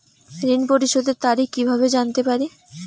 ঋণ পরিশোধের তারিখ কিভাবে জানতে পারি?